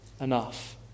enough